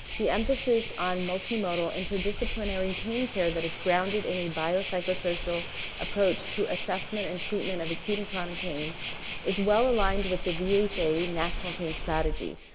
the emphasis on multimodal interdisciplinary pain care that has grounded any bio, psychosocial approach to assessment and treatment of acute and chronic pain is well aligned with the vha national pain strategy.